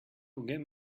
forget